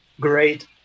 great